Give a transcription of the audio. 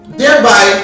thereby